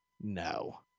No